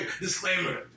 Disclaimer